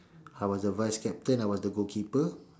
I was the vice captain I was the goalkeeper